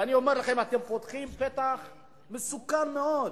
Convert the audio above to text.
ואני אומר לכם: אתם פותחים פתח מסוכן מאוד,